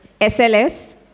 SLS